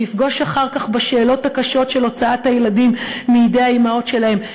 שנפגוש אחר כך בשאלות הקשות של הוצאת הילדים מידי האימהות שלהם,